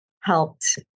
helped